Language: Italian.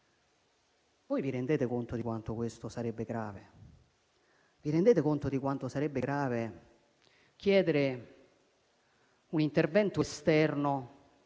Voi vi rendete conto di quanto questo sarebbe grave? Vi rendete conto di quanto sarebbe grave chiedere un intervento esterno,